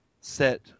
set